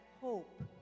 hope